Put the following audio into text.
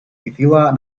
mithila